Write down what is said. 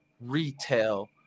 retail